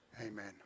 Amen